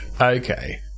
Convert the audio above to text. Okay